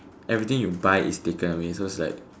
everything you buy is taken away so it's like